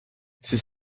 c’est